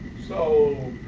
so